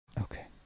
Okay